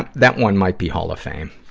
that, that one might be hall of fame.